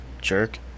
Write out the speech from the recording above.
jerk